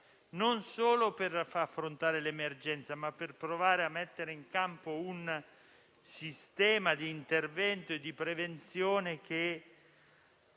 non solo per affrontare l'emergenza, ma per provare a mettere in campo un sistema di intervento e di prevenzione, che